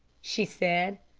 she said.